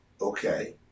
okay